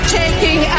taking